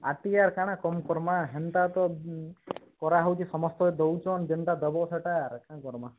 ଆର ଟି ଆର ଆରା କ'ଣ କର୍ମା ହେନ୍ତା ତ କରାହଉଛି ସମସ୍ତେ ଦଉଛନ୍ ଯେନ୍ତା ଦେବ ସେହିଟା କାଇଁ କର୍ମା